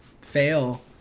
Fail